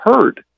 heard